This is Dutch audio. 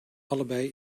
allebei